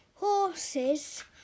Horses